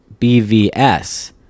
BVS